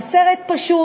זה סרט פשוט,